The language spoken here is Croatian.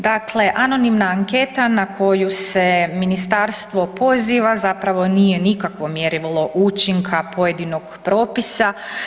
Dakle, anonimna anketa na koju se ministarstvo poziva zapravo nije nikakvo mjerilo učinka pojedinog propisa.